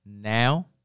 now